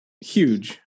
huge